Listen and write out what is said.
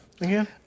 again